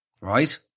right